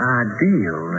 ideal